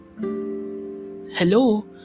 hello